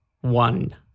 one